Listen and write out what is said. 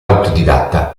autodidatta